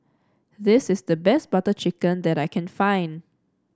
this is the best Butter Chicken that I can find